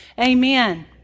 amen